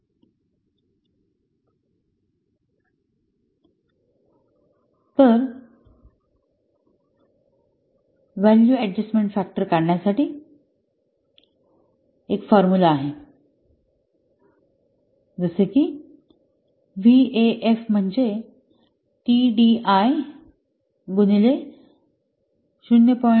तर value adjustment factor काढण्यासाठी एक फॉर्मुला आहे जसे की हे व्हीएएफ म्हणजे टीडीआय गुणिले 0